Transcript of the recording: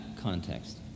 context